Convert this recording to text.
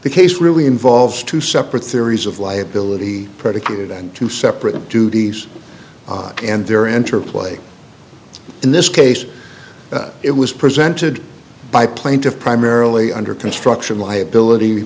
the case really involves two separate theories of liability predicated and two separate duties and their interplay in this case it was presented by plaintiff primarily under construction liability